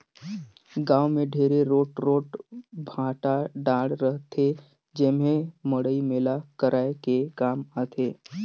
गाँव मे ढेरे रोट रोट भाठा डाँड़ रहथे जेम्हे मड़ई मेला कराये के काम आथे